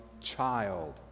child